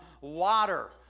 water